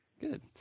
Good